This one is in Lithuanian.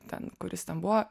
ten kuris ten buvo